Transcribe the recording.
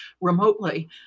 remotely